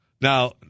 Now